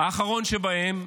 האחרון שבהם,